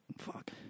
fuck